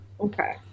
okay